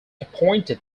appointed